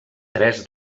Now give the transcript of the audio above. tres